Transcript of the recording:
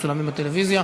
שמצולמים בטלוויזיה.